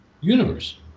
universe